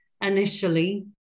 initially